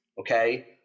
okay